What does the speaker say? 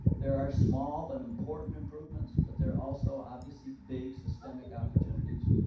there are small but important improvements but they're also obviously big systemic opportunities.